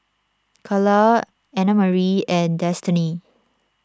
Carlyle Annamarie and Destany